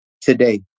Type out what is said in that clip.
today